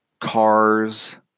Cars